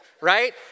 right